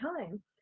time